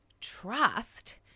trust